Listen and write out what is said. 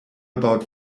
about